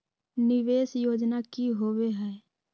निवेस योजना की होवे है?